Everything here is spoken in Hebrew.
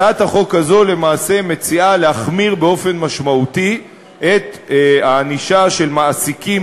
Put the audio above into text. הצעת החוק הזו למעשה מציעה להחמיר באופן משמעותי את הענישה של מעסיקים